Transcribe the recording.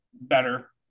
better